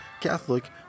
Catholic